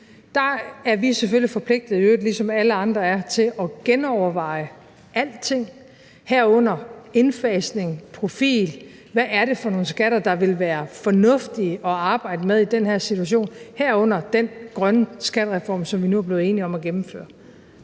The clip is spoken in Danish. nu, er vi selvfølgelig forpligtet, i øvrigt ligesom alle andre er, til at genoverveje alting, herunder indfasning, profil: Hvad er det for nogle skatter, der vil være fornuftige at arbejde med i den her situation, herunder den grønne skattereform, som vi nu er blevet enige om at gennemføre?